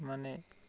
সিমানেই